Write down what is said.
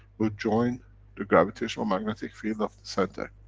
will join the gravitational magnetic field of the center.